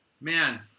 Man